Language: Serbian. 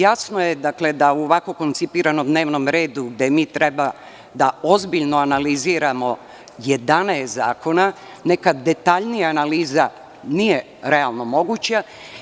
Jasno je da u ovako koncipiranom dnevnom redu gde treba da ozbiljno analiziramo 11 zakona neka detaljnija analiza nije realno moguća.